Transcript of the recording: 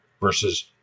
versus